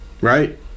right